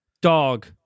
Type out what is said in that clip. dog